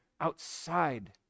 Outside